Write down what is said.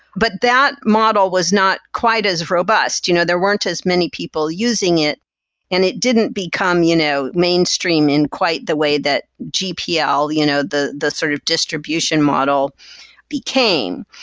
but that model was not quite as robust. you know there weren't as many people using it and it didn't become you know mainstream in quite the way that gpl, the you know the sort of distribution model became.